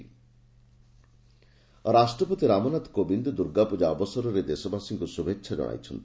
ରାଷ୍ଟ୍ରପତି ରାଷ୍ଟ୍ରପତି ରାମନାଥ କୋବିନ୍ଦ ଦୁର୍ଗାପୂଜା ଅବସରରେ ଦେଶବାସୀଙ୍କୁ ଶୁଭେଚ୍ଛା ଜଣାଇଛନ୍ତି